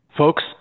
Folks